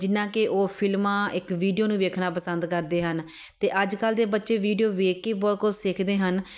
ਜਿੰਨਾ ਕਿ ਉਹ ਫਿਲਮਾਂ ਇੱਕ ਵੀਡੀਓ ਨੂੰ ਵੇਖਣਾ ਪਸੰਦ ਕਰਦੇ ਹਨ ਅਤੇ ਅੱਜ ਕੱਲ੍ਹ ਦੇ ਬੱਚੇ ਵੀਡੀਓ ਵੇਖ ਕੇ ਬਹੁਤ ਕੁਝ ਸਿੱਖਦੇ ਹਨ